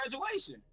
graduation